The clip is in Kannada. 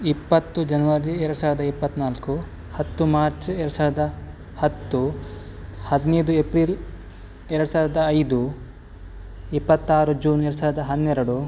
ಇಪ್ಪತ್ತು ಜನವರಿ ಎರಡು ಸಾವಿರದ ಇಪ್ಪತ್ತನಾಲ್ಕು ಹತ್ತು ಮಾರ್ಚ್ ಎರಡು ಸಾವಿರದ ಹತ್ತು ಹದಿನೈದು ಏಪ್ರಿಲ್ ಎರಡು ಸಾವಿರದ ಐದು ಇಪ್ಪತ್ತಾರು ಜೂನ್ ಎರಡು ಸಾವಿರದ ಹನ್ನೆರಡು